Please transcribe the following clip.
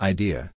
Idea